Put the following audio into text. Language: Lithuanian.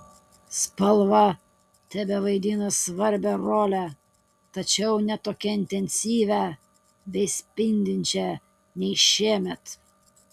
spalva tebevaidina svarbią rolę tačiau ne tokią intensyvią bei spindinčią nei šiemet